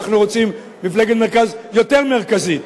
אנחנו רוצים מפלגת מרכז יותר מרכזית.